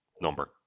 number